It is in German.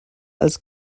als